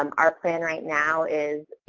um our plan right now is, you